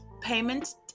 payment